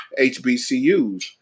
HBCUs